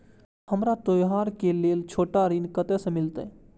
हमरा त्योहार के लेल छोट ऋण कते से मिलते?